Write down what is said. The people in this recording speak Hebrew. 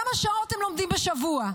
כמה שעות הם לומדים בשבוע?